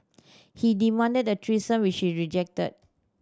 he demanded a threesome which she rejected